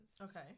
Okay